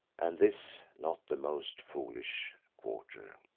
and this not the most foolish quarter.